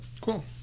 Cool